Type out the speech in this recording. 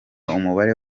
umubare